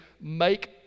make